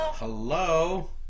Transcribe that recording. Hello